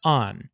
on